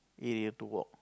area to walk